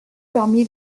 parmi